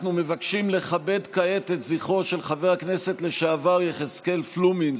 אנחנו מבקשים לכבד כעת את זכרו של חבר הכנסת לשעבר יחזקאל פלומין,